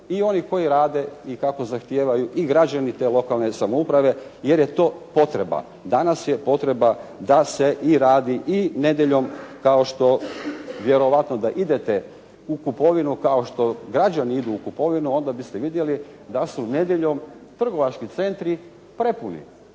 i oni koji rade i kako zahtijevaju i građani te lokane samouprave, jer je to potreba. Danas je potreba da se i radi i nedjeljom kao što vjerojatno da idete u kupovinu kao što građani idu u kupovinu onda biste vidjeli da su nedjeljom trgovački centri prepuni.